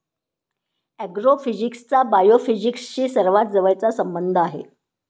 ऍग्रोफिजिक्सचा बायोफिजिक्सशी सर्वात जवळचा संबंध आहे